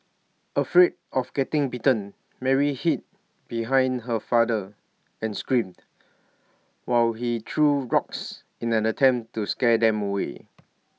afraid of getting bitten Mary hid behind her father and screamed while he threw rocks in an attempt to scare them away